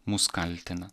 mus kaltina